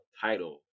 title